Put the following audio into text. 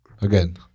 again